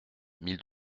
mille